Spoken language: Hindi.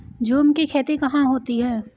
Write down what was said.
झूम की खेती कहाँ होती है?